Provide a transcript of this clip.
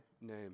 name